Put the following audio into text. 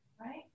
right